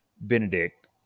Benedict